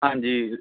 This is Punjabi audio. ਹਾਂਜੀ